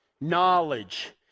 knowledge